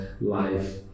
life